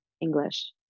English